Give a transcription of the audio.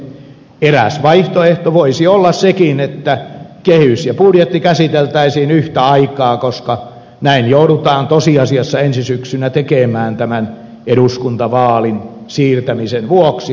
eräs vaihtoehto voisi olla sekin että kehys ja budjetti käsiteltäisiin yhtä aikaa koska näin joudutaan tosiasiassa ensi syksynä tekemään eduskuntavaalien siirtämisen vuoksi